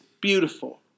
beautiful